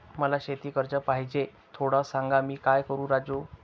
मला शेती कर्ज पाहिजे, थोडं सांग, मी काय करू राजू?